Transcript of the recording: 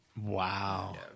Wow